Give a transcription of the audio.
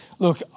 Look